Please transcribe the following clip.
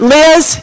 Liz